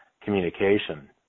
communication